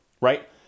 right